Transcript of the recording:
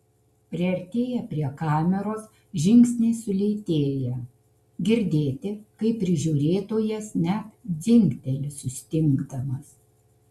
priartėję prie kameros žingsniai sulėtėja girdėti kaip prižiūrėtojas net dzingteli sustingdamas